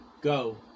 go